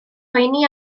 poeni